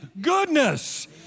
goodness